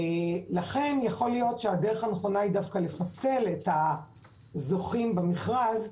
ולכן יכול להיות שהדרך הנכונה היא דווקא לפצח את הזוכים במכרז,